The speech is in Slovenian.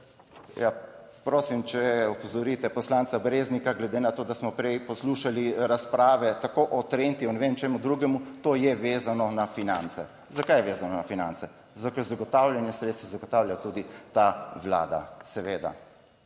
Ja, prosim, če opozorite poslanca Breznika, glede na to, da smo prej poslušali razprave tako o Trendih in ne vem čemu drugemu, to je vezano na finance, zakaj je vezano na finance. Zato, ker zagotavljanje sredstev zagotavlja tudi ta Vlada, seveda